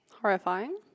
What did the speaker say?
Horrifying